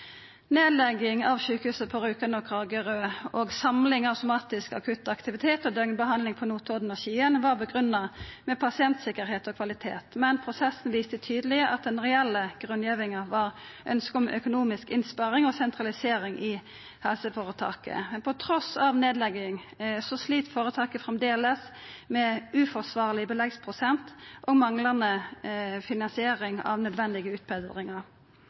Nedlegging av sjukehuset på Rjukan og sjukehuset i Kragerø og samling av somatisk akutt aktivitet og døgnbehandling på Notodden og i Skien var grunngitt med pasienttryggleik og kvalitet. Men prosessen viste tydeleg at den reelle grunngivinga var ønsket om økonomisk innsparing og sentralisering i helseføretaket. Men trass i nedlegging slit føretaket framleis med uforsvarleg beleggsprosent og manglande finansiering av nødvendige